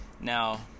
Now